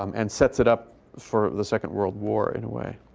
um and sets it up for the second world war in a way.